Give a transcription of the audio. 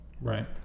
Right